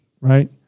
right